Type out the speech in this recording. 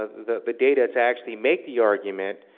ah the the data to actually make the argument,